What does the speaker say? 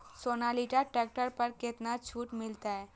Sonalika tractor पर केतना छूट मिलते?